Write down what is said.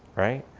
right?